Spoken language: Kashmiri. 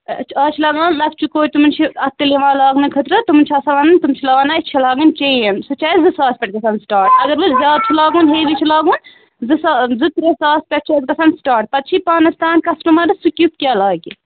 ہَے اَز چھِ لاگان لۅکچہِ کورِ تِمَن چھِ اَتھٕ تِلہٕ یِوان لاگنہٕ خٲطرٕ تِمَن چھِ آسان وَنُن تِم چھِ لاگان اَسہِ چھِ لاگٕنۍ چین سُہ چھِ اَسہِ زٕ ساس پٮ۪ٹھ گژھان سِٹارَٹ اگر نہَ حظ زیادٕ چھُ لاگُن ہیٚوِی چھُ لاگُن زٕ سا س زٕ ترٛےٚ ساس پٮ۪ٹھ چھِ اَسہِ گژھان سِٹارٹ پَتہٕ چھِ یہِ پانَستانۍ کَسٹٕمَرس سُہ کٮُ۪تھ کیٛاہ لاگہِ